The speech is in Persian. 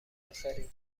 پسریم